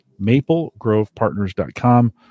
MapleGrovePartners.com